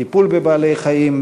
טיפול בבעלי-חיים,